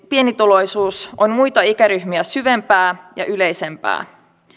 pienituloisuus on muita ikäryhmiä syvempää ja yleisempää